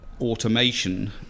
automation